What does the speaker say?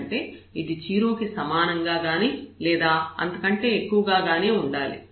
ఎందుకంటే ఇది 0 కి సమానంగా గానీ లేదా అంతకంటే ఎక్కువగా గానీ ఉండాలి